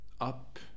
up